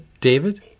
David